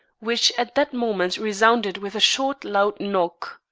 which at that moment resounded with a short loud knock.